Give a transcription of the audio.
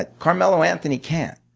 ah carmelo anthony can't.